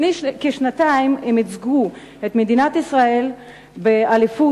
לפני כשנתיים הן ייצגו את מדינת ישראל באליפות,